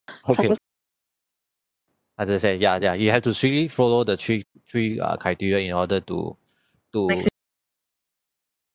okay understand ya ya you have to strictly follow the three three uh criteria in order to to